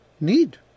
need